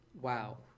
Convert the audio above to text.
wow